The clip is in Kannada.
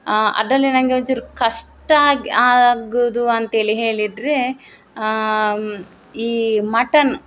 ಅದರಲ್ಲಿ ನನಗೆ ಒಂಚೂರು ಕಷ್ಟ ಆಗೋದು ಅಂಥೇಳಿ ಹೇಳಿದರೆ ಈ ಮಟನ್